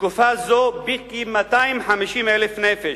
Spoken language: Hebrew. בתקופה זו בכ-250,000 נפש.